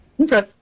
Okay